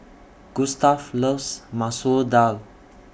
Gustaf loves Masoor Dal